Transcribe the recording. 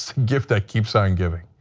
gift that keeps on giving.